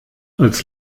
als